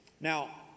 Now